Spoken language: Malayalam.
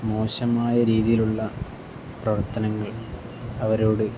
മോശമായ രീതിയിലുള്ള പ്രവർത്തനങ്ങൾ അവരോട്